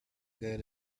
good